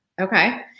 Okay